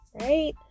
right